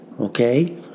Okay